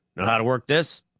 know how to work this?